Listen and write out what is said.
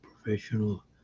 professional